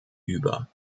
über